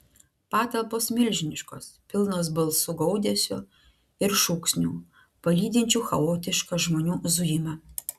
patalpos milžiniškos pilnos balsų gaudesio ir šūksnių palydinčių chaotišką žmonių zujimą